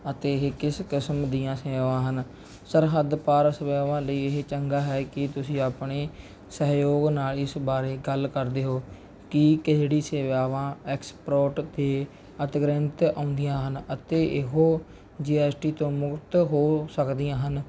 ਅਤੇ ਇਹ ਕਿਸ ਕਿਸਮ ਦੀਆਂ ਸੇਵਾਵਾਂ ਹਨ ਸਰਹੱਦ ਪਾਰ ਸੇਵਾਵਾਂ ਲਈ ਇਹ ਚੰਗਾ ਹੈ ਕਿ ਤੁਸੀਂ ਆਪਣੀ ਸਹਿਯੋਗ ਨਾਲ ਇਸ ਬਾਰੇ ਗੱਲ ਕਰਦੇ ਹੋ ਕਿ ਕਿਹੜੀ ਸੇਵਾਵਾਂ ਐਕਸਪ੍ਰੋਟ ਅਤੇ ਅਤਿਰਿਕਤ ਆਉਂਦੀਆਂ ਹਨ ਅਤੇ ਇਹੋ ਜੀ ਐਸ ਟੀ ਤੋਂ ਮੁਕਤ ਹੋ ਸਕਦੀਆਂ ਹਨ